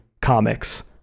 comics